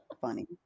funny